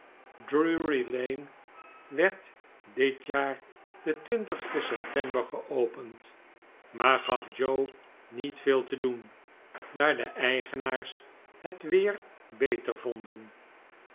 werd dit jaar den sten september geopend maar gaf joe niet veel te doen daar de eigenaars net weer beter vonden